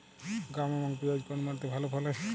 গম এবং পিয়াজ কোন মাটি তে ভালো ফলে?